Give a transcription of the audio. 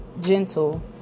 gentle